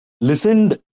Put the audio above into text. Listened